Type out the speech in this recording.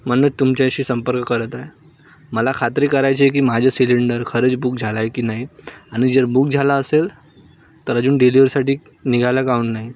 म्हणून तुमच्याशी संपर्क करत आहे मला खात्री करायची की माझं सिलेंडर खरंच बुक झाला आहे की नाही आणि जर बुक झाला असेल तर अजून डिलिवरीसाठी निघाला काउन नाही